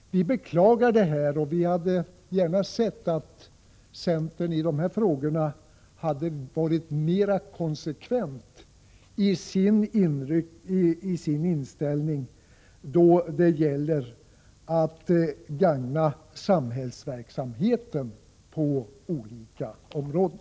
Vi beklagar det, och vi hade gärna sett att centerpartiet i dessa frågor hade varit mer konsekvent när det gäller inställningen till att gagna samhällsverksamheten på olika områden.